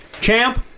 champ